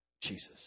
Jesus